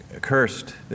cursed